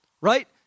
right